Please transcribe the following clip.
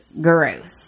gross